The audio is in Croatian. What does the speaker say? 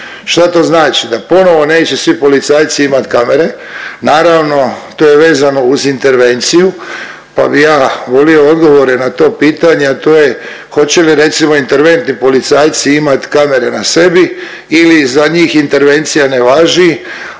Šta to znači? Da ponovo neće svi policajci imat kamere, naravno to je vezano uz intervenciju, pa bi ja volio odgovore na to pitanje, a to je hoće li recimo interventni policajci imat kamere na sebi ili za njih intervencija ne važi,